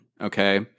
okay